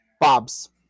Bob's